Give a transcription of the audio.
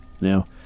Now